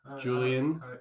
Julian